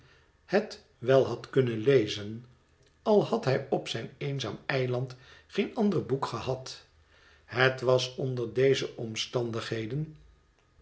het wel had kunnen lezen al had hij op zijn eenzaam eiland geen ander boek gehad het was onder deze omstandigheden